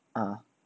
uh